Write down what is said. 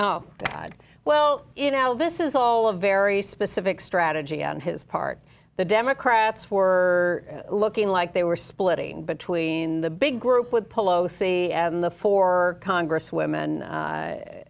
oh god well you know this is all a very specific strategy on his part the democrats were looking like they were splitting between the big group with palosi and the four congress women